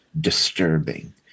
disturbing